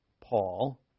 Paul